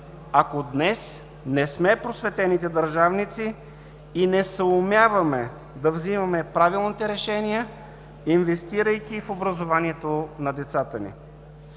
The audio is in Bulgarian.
ако днес не сме просветените държавници и не съумяваме да взимаме правилните решения, инвестирайки в образованието на децата ни.